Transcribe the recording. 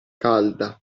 calda